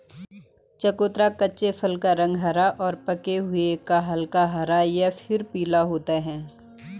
चकोतरा कच्चे फल का रंग हरा और पके हुए का हल्का हरा या फिर पीला होता है